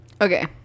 Okay